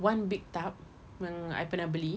one big tub yang I pernah beli